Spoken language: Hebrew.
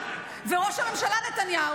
ראש הממשלה נתניהו,